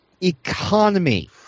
economy